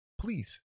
please